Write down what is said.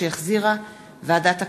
שהחזירה ועדת הכנסת.